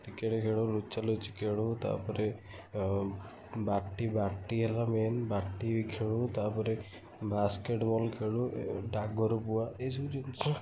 cricket ଖେଳୁ ଲୁଚା ଲୁଚି ଖେଳୁ ତା'ପରେ ବାଟି ବାଟି ହେଲା ମେନ୍ ବାଟି ଖେଳୁ ତା'ପରେ ବାସ୍କେଟ୍ ବଲ୍ ଖେଳୁ ଡାଗର ବୁଆ ଏସବୁ ଜିନିଷ